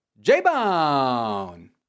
J-Bone